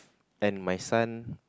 and my son